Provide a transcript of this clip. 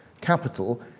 capital